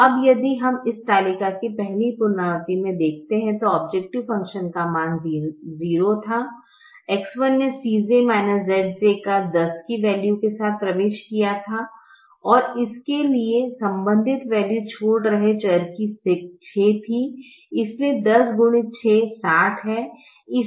अब यदि हम इस तालिका की पहली पुनरावृत्ति में देखते हैं तो औब्जैकटिव फ़ंक्शन का मान 0 था X1 ने Cj Zj 10 की वैल्यू के साथ प्रवेश किया था और इसके लिए संबंधित वैल्यू छोड़ रहे चर की 6 थी इसलिए 10x6 60 है